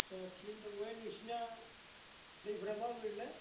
आटसा थिगैनो दंलै नोंसोरना दैफ्रा माबोरैलै